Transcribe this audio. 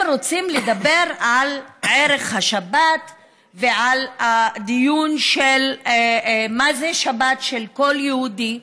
הם רוצים לדבר על ערך השבת ועל הדיון של מה זה השבת של כל יהודי.